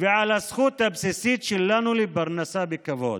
ועל הזכות הבסיסית שלנו לפרנסה בכבוד.